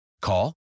Call